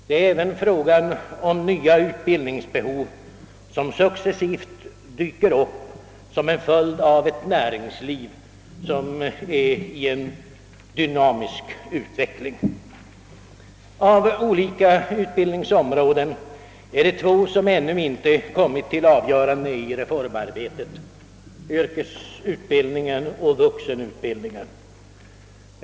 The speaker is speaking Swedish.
Det är även fråga om nya utbildningsbehov som successivt dyker upp som en följd av ett näringsliv som är i en dynamisk utveckling. Av olika utbildningsområden är det två som ännu inte kommit till avgörande i reformarbetet: yrkesutbildningen och vuxenutbildningen.